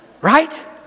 Right